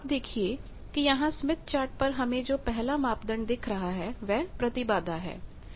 आप देखिए कि यहां स्मिथचार्ट पर हमें जो पहला मापदंड दिख रहा है वह प्रतिबाधा impedanceइम्पीडेन्स है